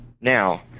Now